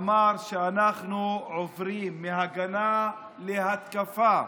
אמר שאנחנו עוברים מהגנה להתקפה.